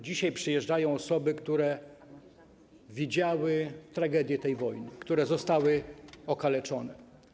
Dzisiaj przyjeżdżają osoby, które widziały tragedię tej wojny, które zostały okaleczone.